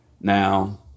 now